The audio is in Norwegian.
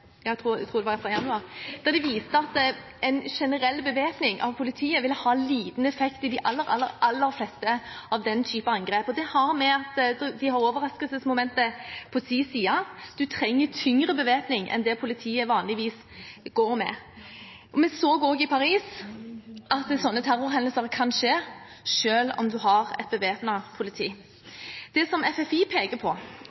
jeg tror den var fra januar, der de viste at en generell bevæpning av politiet ville ha liten effekt i de aller fleste av den type angrep. Det har å gjøre med at de har overraskelsesmomentet på sin side. Man trenger tyngre bevæpning enn det politiet vanligvis går med. Vi så også i Paris at sånne terrorhendelser kan skje selv om man har et bevæpnet politi. Det som FFI peker på